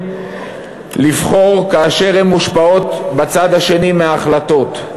לבחור כאשר הן מושפעות בצד השני מההחלטות.